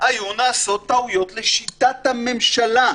היו נעשות טעויות לשיטת הממשלה?